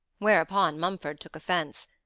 whereupon mumford took offence.